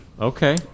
Okay